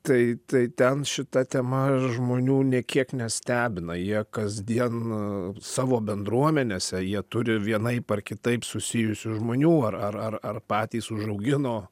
tai tai ten šita tema žmonių nė kiek nestebina jie kasdien savo bendruomenėse jie turi vienaip ar kitaip susijusių žmonių ar ar ar ar patys užaugino